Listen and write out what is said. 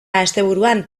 asteburuan